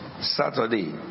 Saturday